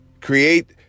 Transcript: Create